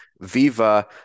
Viva